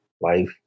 life